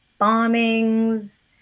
bombings